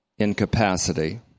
Incapacity